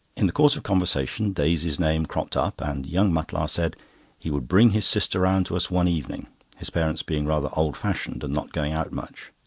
in the course of conversation, daisy's name cropped up, and young mutlar said he would bring his sister round to us one evening his parents being rather old-fashioned, and not going out much.